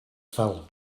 fell